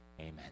Amen